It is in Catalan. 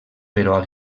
però